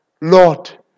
Lord